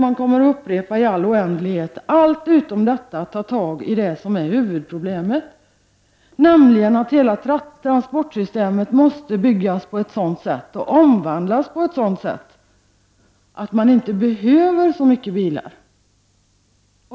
Man gör allt detta i stället för att ta tag i huvudproblemet, nämligen att transportsystemet måste byggas ut och omvandlas på ett sådant sätt att man inte behöver så många bilar.